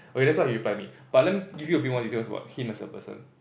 okay that's what he reply me but let me give you a bit more details on him as a person